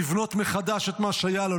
לבנות מחדש את מה שהיה לו,